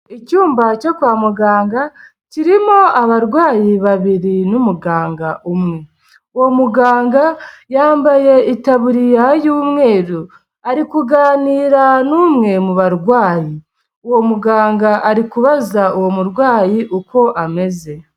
Icyumba cyo kwa muganga kirimo abarwayi babiri n'umuganga umwe, uwo muganga yambaye itaburiya y'umweru, ari kuganira n'umwe mu barwayi, uwo muganga ari kubaza uwo murwayi uko ameze.